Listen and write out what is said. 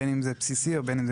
בין אם זה בסיסי או מתקדם.